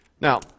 Now